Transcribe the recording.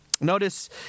Notice